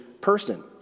person